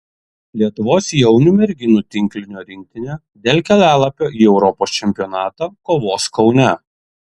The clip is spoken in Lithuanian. lietuvos jaunių merginų tinklinio rinktinė dėl kelialapio į europos čempionatą kovos kaune